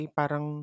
parang